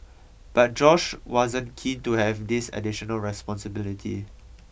but Josh wasn't keen to have this additional responsibility